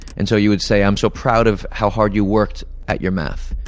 and so you would say, i'm so proud of how hard you worked at your math,